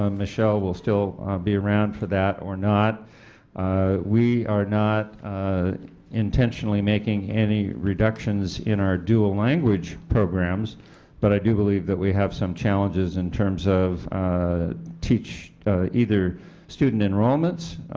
um michelle will still be around for that or not we are not intentionally making any reductions in our dual language programs but i do believe that we have some challenges in terms of either student enrollment,